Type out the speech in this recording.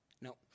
No